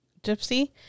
Gypsy